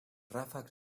ràfecs